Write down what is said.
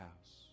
house